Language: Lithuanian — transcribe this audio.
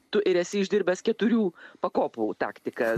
tu ir esi išdirbęs keturių pakopų taktiką